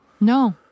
No